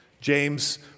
James